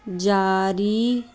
ਜਾਰੀ